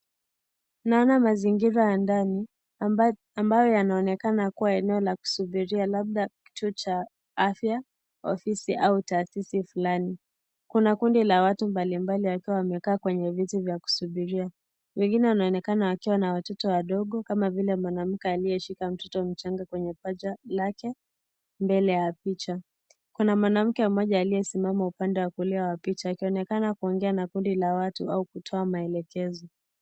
Tunaona mazingira ya ndani ambayo yanaonekana kuwa eneo la kusubiria labda kituo cha afya, ofisi, au taasisi fulani. Kuna kundi la watu mbalimbali wakiwa wamekaa kwenye viti vya kusubiria, wengine wanaonekana wakiwa na watoto wadogo kama vile mwanamke aliyeshika mtoto mchanga kwenye paja lake mbele ya picha. Kuna mwanamke mmoja aliyesimama upande wa kulia wa picha akionekana kuongea na kundi la watu au kutoa maelekezo.